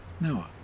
Noah